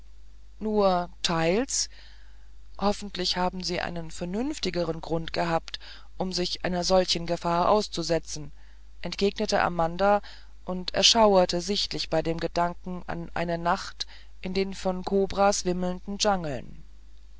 nur teils hoffentlich haben sie einen vernünftigeren grund gehabt um sich einer solchen gefahr auszusetzen entgegnete amanda und erschauerte sichtlich bei dem gedanken an eine nacht in den von kobras wimmelnden dschangeln